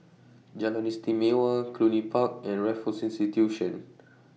Jalan Istimewa Cluny Park and Raffles Institution